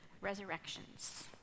resurrections